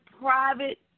private